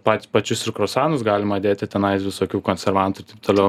pa pačius ir kruasanus galima dėti tenais visokių konservantų taip toliau